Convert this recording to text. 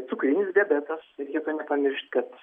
cukrinis diabetas reikia to nepamiršt kad